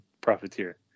profiteer